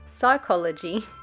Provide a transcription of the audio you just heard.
psychology